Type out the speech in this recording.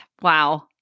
Wow